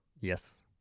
Yes